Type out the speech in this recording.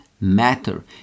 matter